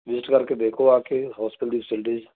visit ਕਰਕੇ ਦੇਖੋ ਆ ਕੇ ਹੋਸਪਿਟਲ ਦੀ ਫਸਿਲਟੀਜ਼